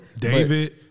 David